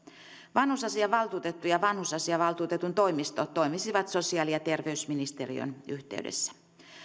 vanhusasiavaltuutettu ja vanhusasiavaltuutetun toimisto toimisivat sosiaali ja terveysministeriön yhteydessä